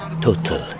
total